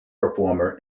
performer